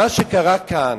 מה שקרה כאן,